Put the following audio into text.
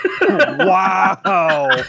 Wow